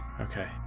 Okay